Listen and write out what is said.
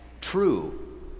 true